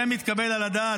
זה מתקבל על הדעת?